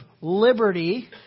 liberty